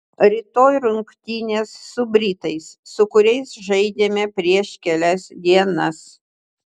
rytoj rungtynės su britais su kuriais žaidėme prieš kelias dienas